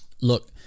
Look